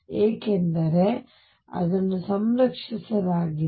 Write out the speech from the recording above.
ಏಕೆಂದರೆ ಅದನ್ನು ಸಂರಕ್ಷಿಸಲಾಗಿದೆ